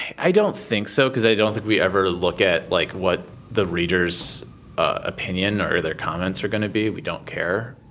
i don't think so because i don't think we ever look at, like, what the reader's opinion or their comments are going to be. we don't care